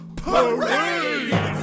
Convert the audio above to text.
parade